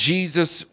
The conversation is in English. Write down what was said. Jesus